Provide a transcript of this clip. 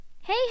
Hey